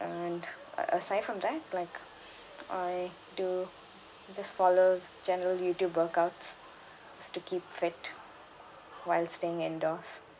and a~ aside from that like I do just follows general youtube workouts just to keep fit while staying indoors